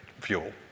fuel